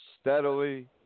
steadily